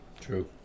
True